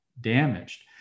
damaged